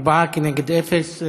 ארבעה כנגד אפס,